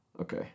Okay